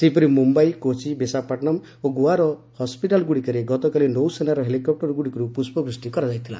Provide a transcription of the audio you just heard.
ସେହିପରି ମୁମ୍ୟାଇ କୋଚି ବିଶାଖାପଟ୍ଟନମ୍ ଓ ଗୋଆର ହସ୍କିଟାଲ୍ଗୁଡ଼ିକରେ ଗତକାଲି ନୌସେନାର ହେଲିକପ୍ଟରଗୁଡ଼ିକରୁ ପୁଷ୍ପବୃଷ୍ଟି କରାଯାଇଥିଲା